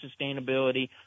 sustainability